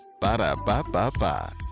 Ba-da-ba-ba-ba